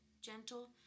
gentle